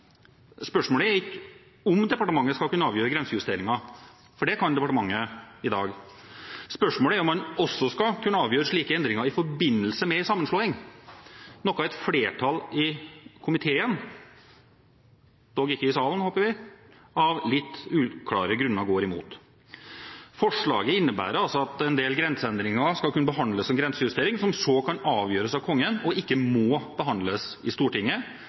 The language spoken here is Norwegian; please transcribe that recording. Spørsmålet er ikke om departementet skal kunne avgjøre grensejusteringer, for det kan departementet i dag, spørsmålet er om man også skal kunne avgjøre slike endringer i forbindelse med en sammenslåing, noe et flertall i komiteen – dog ikke i salen, håper vi – av litt uklare grunner går imot. Forslaget innebærer at en del grenseendringer skal kunne behandles som grensejustering, som så kan avgjøres av Kongen, og ikke må behandles i Stortinget